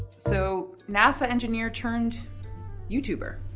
so nasa engineer turned youtuber,